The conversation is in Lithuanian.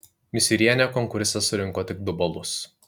misiūrienė konkurse surinko tik du balus